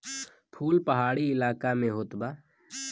फूल पहाड़ी इलाका में होत बा